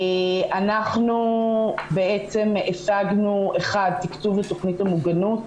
אנחנו בעצם השגנו, אחת, תקצוב לתוכנית המוגנות,